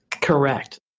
Correct